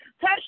touch